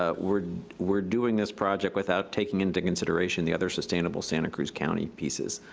ah, we're we're doing this project without taking into consideration the other sustainable santa cruz county pieces.